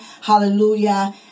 Hallelujah